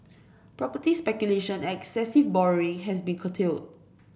property speculation and excessive borrowing has been curtailed